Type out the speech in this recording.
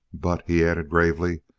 but, he added gravely,